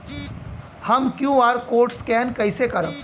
हम QR code scan कइसे करब?